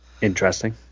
Interesting